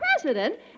president